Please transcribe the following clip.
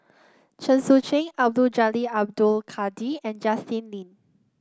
Chen Sucheng Abdul Jalil Abdul Kadir and Justin Lean